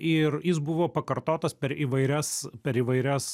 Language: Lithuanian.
ir jis buvo pakartotas per įvairias per įvairias